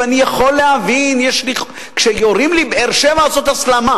ואני יכול להבין שכשיורים על באר-שבע זאת הסלמה.